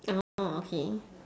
orh okay